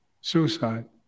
suicide